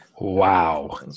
Wow